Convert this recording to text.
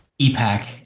epac